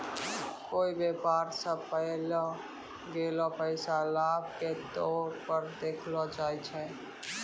कोय व्यापार स पैलो गेलो पैसा लाभ के तौर पर देखलो जाय छै